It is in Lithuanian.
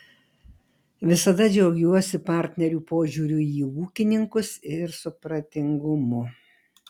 visada džiaugiuosi partnerių požiūriu į ūkininkus ir supratingumu